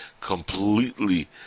completely